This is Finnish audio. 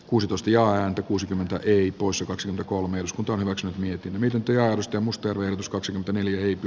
kuustoistiaan kuusikymmentä ei puusepäksi ja kolme osku torrokset mietin miten työjaosto mustonen s kaksi neliöitä